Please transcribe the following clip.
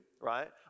right